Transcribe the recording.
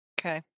Okay